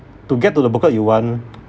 to get to the booklet you want